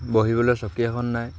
বহিবলৈ চকী এখন নাই